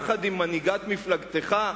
יחד עם מנהיגת מפלגתך,